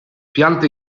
piante